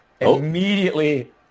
immediately